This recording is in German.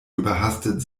überhastet